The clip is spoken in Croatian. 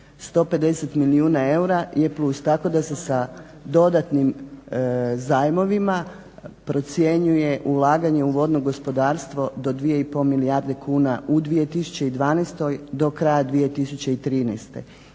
150 milijuna eura je plus. Tako da se sa dodatnim zajmovima procjenjuje ulaganje u vodno gospodarstvo do 2,5 milijarde kune u 2012. do kraja 2013.